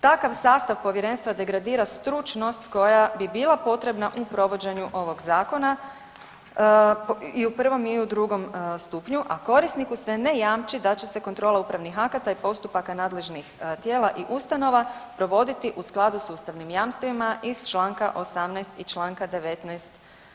Takav sastav povjerenstva degradira stručnost koja bi bila potrebna u provođenju ovog zakona i u prvom i u drugom stupnju, a korisniku se ne jamči da će se kontrola upravnih akata i postupaka nadležnih tijela i ustanova provoditi u skladu s ustavnim jamstvima iz Članka 18. i Članka 19.